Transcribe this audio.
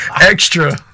Extra